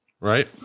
right